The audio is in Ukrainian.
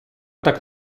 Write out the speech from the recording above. так